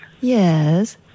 Yes